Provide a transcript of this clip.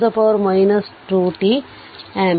4 e 2t amps